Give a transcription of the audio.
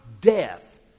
death